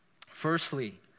Firstly